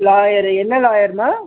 lawyer என்ன லாயருமா